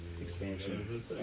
expansion